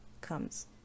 comes